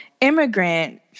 immigrant